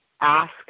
ask